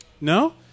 no